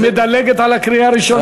היא מדלגת על הקריאה הראשונה.